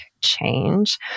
change